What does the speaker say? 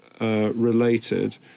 related